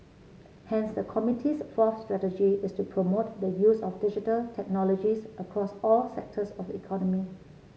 hence the committee's fourth strategy is to promote the use of Digital Technologies across all sectors of economy